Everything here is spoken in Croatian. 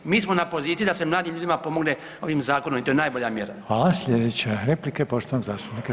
Mi smo na poziciji da se mladim ljudima pomogne ovim zakonom i to je najbolja mjera.